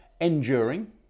Enduring